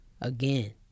Again